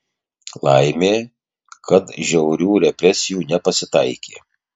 laimė kad žiaurių represijų nepasitaikė